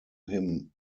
him